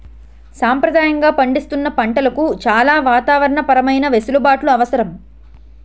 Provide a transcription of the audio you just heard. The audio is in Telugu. సంప్రదాయంగా పండిస్తున్న పంటలకు చాలా వాతావరణ పరమైన వెసులుబాట్లు అవసరం